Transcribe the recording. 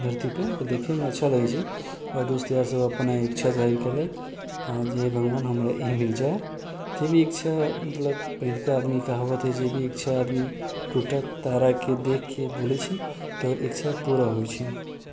धरतीपे तऽ देखेमे अच्छा लगै छै आ दोस्त इयार सब अपन इच्छा जाहिर केलक जे भगवान हमरा ई मिल जाए जे भी इच्छा मतलब पहिलका आदमी कहावत हइ जे भी इच्छा आदमी टूटैत ताराके देखके बोलै छै तऽ इच्छा पुरा होइ छै